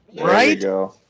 Right